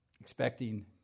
expecting